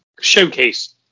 Showcase